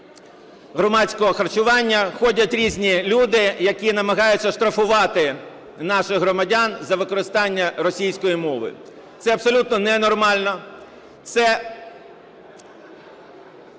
громадського харчування ходять різні люди, які намагаються штрафувати наших громадян за використання російської мови. Це абсолютно ненормально.